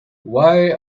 why